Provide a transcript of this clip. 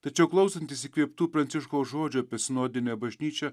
tačiau klausantis įkvėptų pranciškaus žodžių apie sinodinę bažnyčią